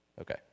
Okay